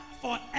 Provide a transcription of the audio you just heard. Forever